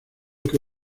que